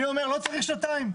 אני אומר, לא צריך שנתיים.